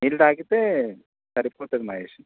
నీళ్ళ తాగితే సరిపోతుంది మహేష్